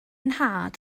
nhad